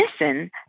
listen